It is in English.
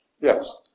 Yes